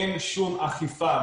אין שום אכיפה,